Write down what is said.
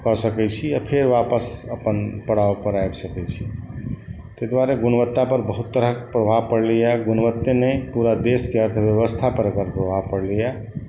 कऽ सकैत छी आ फेर वापस अपन पड़ावपर आबि सकैत छी ताहि दुआरे गुणवत्तापर बहुत तरहक प्रभाव पड़लैए गुणवत्ते नहि पुरा देशकेँ अर्थव्यवस्था पर एकर प्रभाव पड़लैए